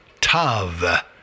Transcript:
Tav